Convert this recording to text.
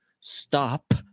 stop